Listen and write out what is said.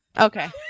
okay